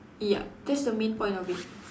ya that's the main point of it